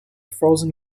frozen